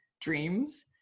dreams